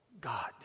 God